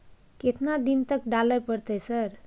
केतना दिन तक डालय परतै सर?